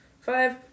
Five